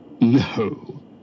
No